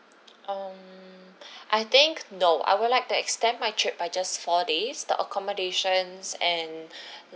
um I think no I would like to extend my trip by just four days the accommodations and